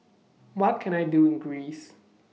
What Can I Do in Greece